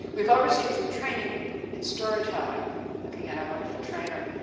we have all received some training in story telling. um looking at our wonderful trainer.